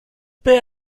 paix